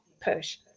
push